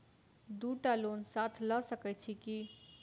दु टा लोन साथ लऽ सकैत छी की?